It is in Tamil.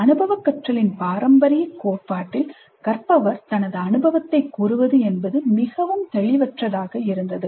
அனுபவக் கற்றலின் பாரம்பரியக் கோட்பாட்டில் கற்பவர் தனது அனுபவத்தை கூறுவது என்பது மிகவும் தெளிவற்றதாக இருந்தது